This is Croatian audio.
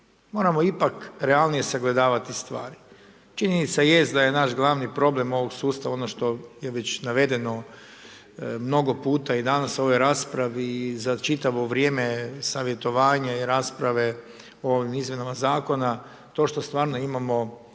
Moramo ipak realnije sagledavati stvari. Činjenica jest da je naš glavni problem ovog sustav ono što je već navedeno mnogo puta i danas u ovoj raspravi i z čitavo vrijeme savjetovanje i rasprave o ovim izmjenama zakona, to što sto stvarno imamo